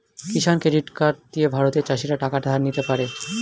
কিষান credit card দিয়ে ভারতের চাষীরা টাকা ধার নিতে পারে